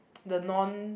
the non